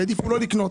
והעדיפו לא לקנות.